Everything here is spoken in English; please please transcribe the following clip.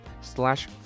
slash